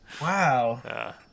Wow